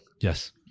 Yes